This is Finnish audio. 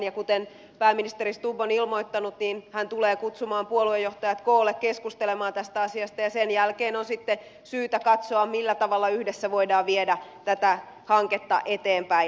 ja kuten pääministeri stubb on ilmoittanut hän tulee kutsumaan puoluejohtajat koolle keskustelemaan tästä asiasta ja sen jälkeen on sitten syytä katsoa millä tavalla yhdessä voidaan viedä tätä hanketta eteenpäin